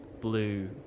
blue